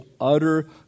utter